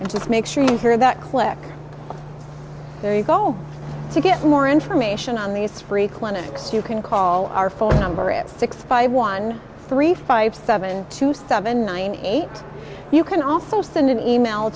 and just make sure you hear about click there you go to get more information on these free clinics you can call our phone number at six five one three five seven two seven nine eight you can also send an e mail